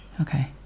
Okay